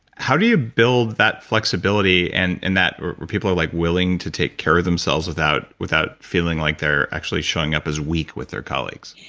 how do you build that flexibility and and that where people are like willing to take care of themselves without without feeling like they're actually showing up as weak with their colleagues?